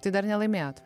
tai dar nelaimėjot